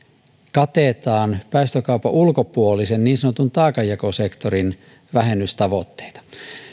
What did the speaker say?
katetaan päästökaupan ulkopuolisen niin sanotun taakanjakosektorin vähennystavoitteita